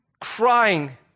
crying